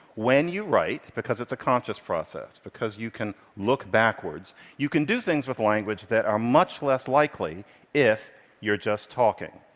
when you write, because it's a conscious process, because you can look backwards, you can do things with language that are much less likely if you're just talking.